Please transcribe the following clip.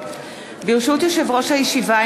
ברשות יושב-ראש הישיבה,